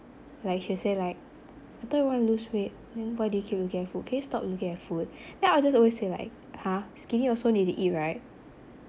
like she'll say like I thought you wanna lose weight then why do you keep looking at food can you stop looking at food then I just always say like !huh! skinny also need to eat right